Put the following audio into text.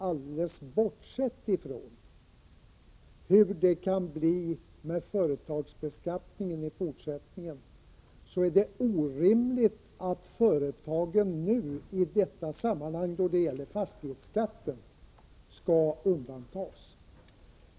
Alldeles bortsett från hur det kan bli med företagsbeskattningen i fortsättningen är det orimligt att företagen skall undantas från fastighetsskatten.